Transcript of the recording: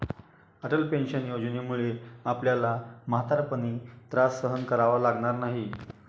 Atal pension योजनेमुळे आपल्याला म्हातारपणी त्रास सहन करावा लागणार नाही